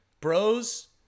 Bros